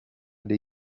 dei